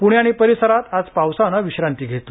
प्णे आणि परिसरांत आज पावसानं विश्रांती घेतली